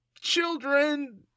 children